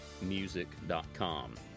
music.com